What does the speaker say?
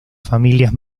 familias